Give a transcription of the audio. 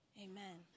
Amen